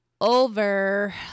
over